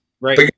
Right